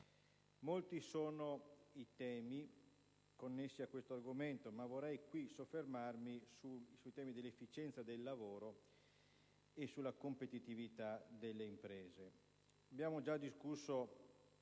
Molti sono i temi connessi a questo argomento, ma vorrei qui soffermarmi sui temi dell'efficienza del lavoro e sulla competitività delle imprese.